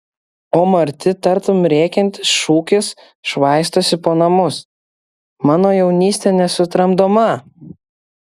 o marti tartum rėkiantis šūkis švaistosi po namus mano jaunystė nesutramdoma